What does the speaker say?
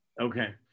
Okay